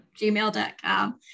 gmail.com